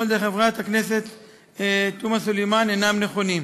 על-ידי חברת הכנסת תומא סלימאן אינם נכונים.